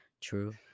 True